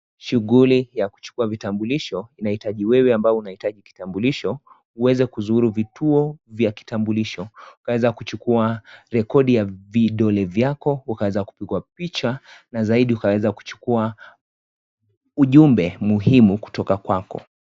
Shuguli ya kuchukua vitambulisho, inahitaji wewe ambaye unahitaji kitambulisho, uweza kuzuru vituo vya kitambulisho. Kaweze kuchukua rekodi ya vidole vyako, ukaweza kupigwa picha, na zaidi ukaweza kuchukua ujumbe muhimu kutoka kwako.